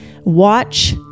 Watch